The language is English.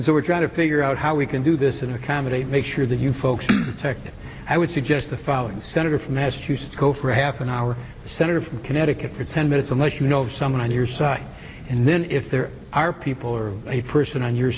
so we're trying to figure out how we can do this and accommodate make sure that you folks checked i would suggest the following senator from massachusetts go for a half an hour senator from connecticut for ten minutes unless you know of someone on your side and then if there are people or a person on your